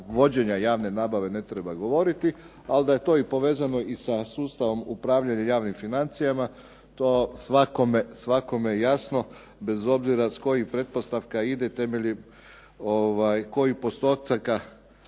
vođenja javne nabave ne treba govoriti, ali da je to povezano i sa sustavom upravljanja javnim financijama to je svakome jasno bez obzira s kojih pretpostavka ide, kojim postocima